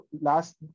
last